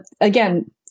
again